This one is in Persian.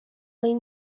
این